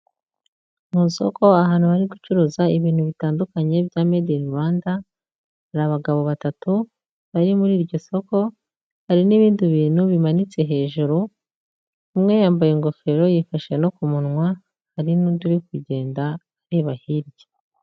Mu isoko ahantu bari gucuruza ibintu bitandukanye bya medei ini Rwanda. Hari abagabo batatu bari muri iryo soko, hari n'ibindi bintu bimanitse hejuru, Umwe yambaye ingofero yifashe no ku munwa hari n'undi uri kugenda areba hirya.